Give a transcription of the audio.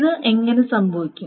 ഇത് എങ്ങനെ സംഭവിക്കും